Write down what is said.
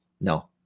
No